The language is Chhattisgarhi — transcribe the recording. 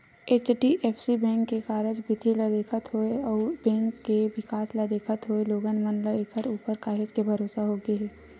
एच.डी.एफ.सी बेंक के कारज बिधि ल देखत होय अउ ए बेंक के बिकास ल देखत होय लोगन मन ल ऐखर ऊपर काहेच के भरोसा होगे हे